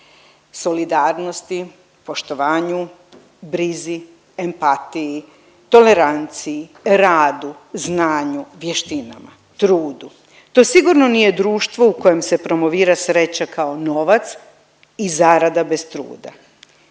solidarnosti, poštovanju, brizi, empatiji, toleranciji, radu, znanju, vještinama, trudu. To sigurno nije društvo u kojem se promovira sreća kao novac i zarada bez truda